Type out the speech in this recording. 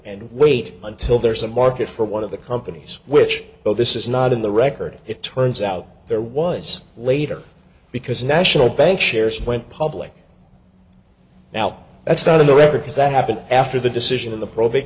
and wait until there's a market for one of the companies which though this is not in the record it turns out there was later because national bank shares went public now that's not in the record because that happened after the decision of the pro